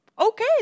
okay